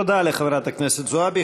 תודה לחברת הכנסת זועבי.